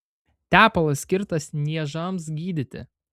tepalas skirtas niežams gydyti